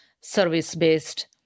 service-based